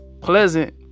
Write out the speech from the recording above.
pleasant